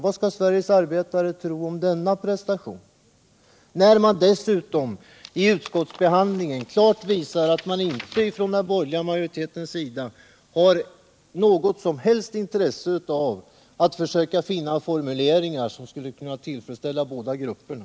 Vad skall Sveriges arbetare tro om denna prestation? Särskilt som den borgerliga majoriteten vid utskottsbehandlingen klart visade att man inte hade något som helst intresse av att försöka finna formuleringar som skulle kunna tillfredsställa båda grupperna!